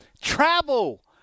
travel